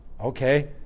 okay